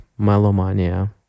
Melomania